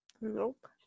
Nope